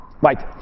Right